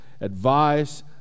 advice